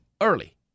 early